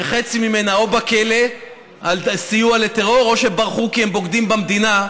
שחצי ממנה או בכלא על סיוע לטרור או שברחו כי הם בוגדים במדינה.